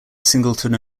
singleton